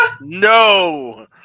No